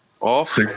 Off